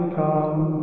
come